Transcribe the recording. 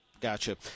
Gotcha